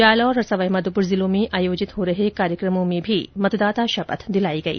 जालौर और सवाई माधोपुर जिलों में आयोजित हो रहे कार्यक्रमों में भी मतदाता शपथ दिलाई गई